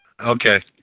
Okay